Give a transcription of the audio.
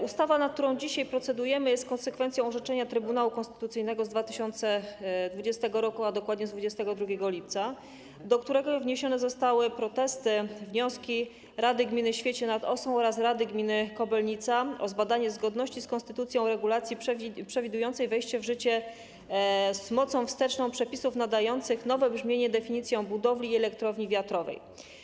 Ustawa, nad którą dzisiaj procedujemy, jest konsekwencją orzeczenia Trybunału Konstytucyjnego z 2020 r., a dokładnie z 22 lipca, do którego wniesione zostały protesty, wnioski rady gminy Świecie nad Osą oraz rady gminy Kobylnica o zbadanie zgodności z konstytucją regulacji przewidującej wejście w życie z mocą wsteczną przepisów nadających nowe brzmienie definicjom budowli i elektrowni wiatrowej.